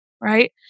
right